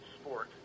sport